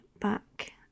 back